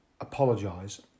apologise